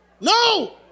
no